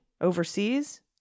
overseas